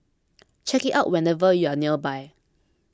check it out whenever you are nearby